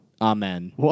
Amen